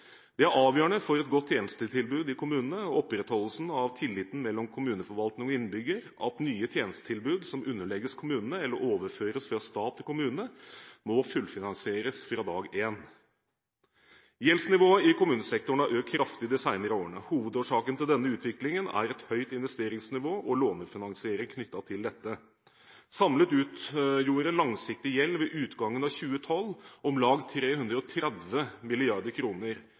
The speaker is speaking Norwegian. Det er avgjørende for et godt tjenestetilbud i kommunene og for opprettholdelsen av tilliten mellom kommuneforvaltning og innbygger at nye tjenestetilbud som underlegges kommunene eller overføres fra stat til kommune, må fullfinansieres fra dag én. Gjeldsnivået i kommunesektoren har økt kraftig de senere årene. Hovedårsaken til denne utviklingen er et høyt investeringsnivå og lånefinansiering knyttet til dette. Samlet utgjorde langsiktig gjeld ved utgangen av 2012 om lag 330